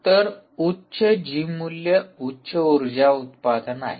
तर उच्च जी मूल्य उच्च उर्जा उत्पादन आहे